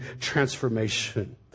transformation